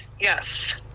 Yes